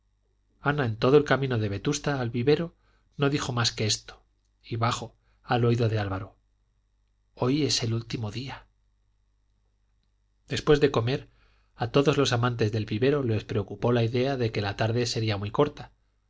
ana en todo el camino de vetusta al vivero no dijo más que esto y bajo al oído de álvaro hoy es el último día después de comer a todos los amantes del vivero les preocupó la idea de que la tarde sería muy corta